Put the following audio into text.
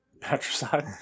Patricide